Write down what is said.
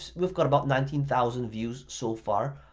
we've got about nineteen thousand views so far.